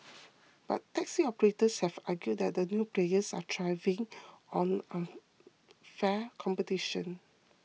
but taxi operators have argued that the new players are thriving on unfair competition